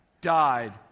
died